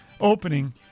Opening